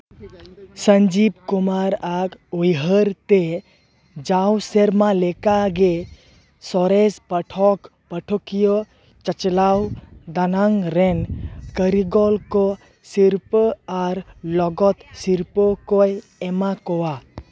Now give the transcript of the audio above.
ᱥᱚᱧᱡᱤᱵ ᱠᱩᱢᱟᱨ ᱟᱜ ᱩᱭᱦᱟᱹᱨ ᱛᱮ ᱡᱟᱣ ᱥᱮᱨᱢᱟ ᱞᱮᱠᱟᱜᱮ ᱥᱚᱨᱮᱥ ᱯᱟᱴᱷᱚᱠ ᱯᱟᱴᱷᱚᱠᱤᱭᱟᱹ ᱪᱟᱪᱞᱟᱣ ᱫᱟᱱᱟᱝ ᱨᱮᱱ ᱠᱟᱹᱨᱤᱜᱚᱞ ᱠᱚ ᱥᱤᱨᱯᱟᱹ ᱟᱨ ᱞᱚᱜᱚᱛ ᱥᱤᱨᱯᱟᱹ ᱠᱚᱭ ᱮᱢᱟ ᱠᱚᱣᱟ